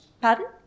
Pardon